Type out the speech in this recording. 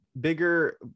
bigger